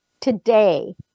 today